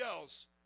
else